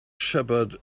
shepherd